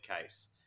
case